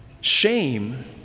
Shame